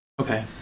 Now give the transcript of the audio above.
Okay